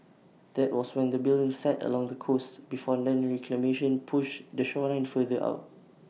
that was when the building sat along the coast before land reclamation push the shoreline further out